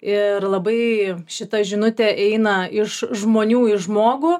ir labai šita žinutė eina iš žmonių į žmogų